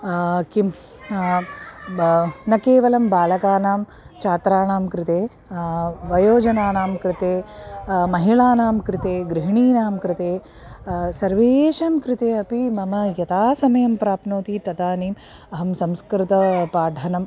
किं ब न केवलं बालकानां छात्राणां कृते वयोजनानां कृते महिलानां कृते गृहिणीनां कृते सर्वेषां कृते अपि मम यदा समयं प्राप्नोति तदानीम् अहं संस्कृतपाठनं